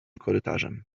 korytarzem